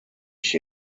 ich